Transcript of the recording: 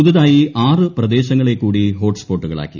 പുതുതായി ആറ് പ്രദേശങ്ങളികൂടി ഹോട്ട്സ്പോട്ടുകളാക്കി